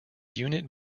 unit